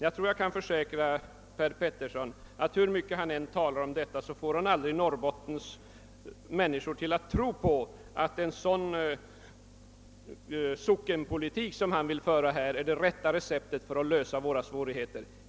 Jag tror att jag kan försäkra herr Petersson, att hur mycket han än talar om detta, så får han aldrig människorna i Norrbotten att tro på att den sockenpolitik han vill föra är det rätta receptet när det gäller att lösa våra svårigheter.